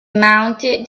mounted